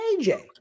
AJ